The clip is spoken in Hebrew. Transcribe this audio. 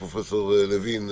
פרופ' לוין,